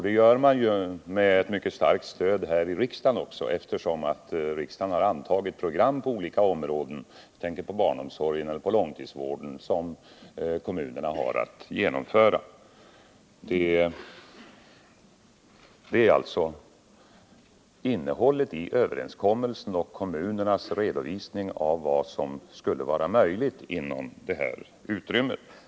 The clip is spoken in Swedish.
Det gör man ju med mycket starkt stöd här i riksdagen också, eftersom riksdagen har antagit program på olika områden — jag tänker på barnomsorgen eller långtidsvården — som kommunerna har att genomföra. Det är alltså innehållet i överenskommelsen och kommunernas redovisning av vad som skulle vara möjligt inom det här utrymmet.